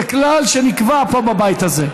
זה כלל שנקבע פה בבית הזה.